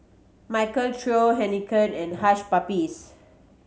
Michael Trio Heinekein and Hush Puppies